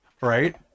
Right